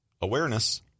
Awareness